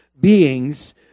beings